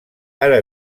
ara